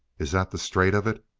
is that the straight of it?